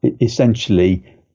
Essentially